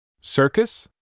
Circus